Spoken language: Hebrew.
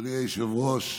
אדוני היושב-ראש,